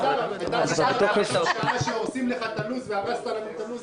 התלוננת שהורסים לך את הלו"ז והרסת לנו את הלו"ז,